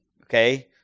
Okay